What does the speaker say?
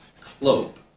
cloak